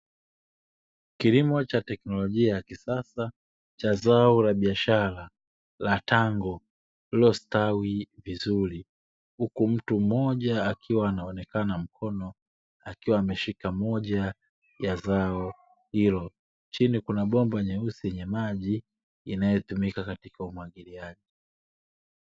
Kilimo cha teknolojia ya kisasa cha zao la biashara la tango lililostawi vizuri. Huku mtu mmoja akiwa anaonekana mkono akiwa ameshika moja ya zao hilo. Chini kuna bomba nyeusi yenye maji inayotumika katika umwagiliaji.